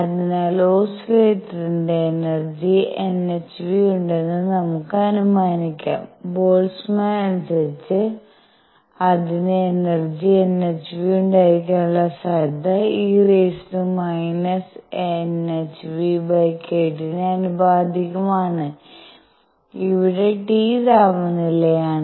അതിനാൽ ഓസിലേറ്ററിന് energy nhν ഉണ്ടെന്ന് നമുക്ക് അനുമാനിക്കാം ബോൾട്ട്സ്മാൻ അനുസരിച്ച് അതിന് എനർജി nhν ഉണ്ടായിരിക്കാനുള്ള സാധ്യത e⁻ⁿʰᵛᵏᵀ ന് ആനുപാതികമാണ് അവിടെ T താപനിലയാണ്